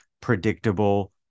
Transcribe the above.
predictable